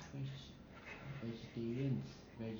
you know vegetarians vege~